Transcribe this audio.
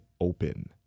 Open